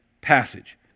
passage